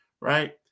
right